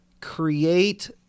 create